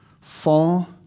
fall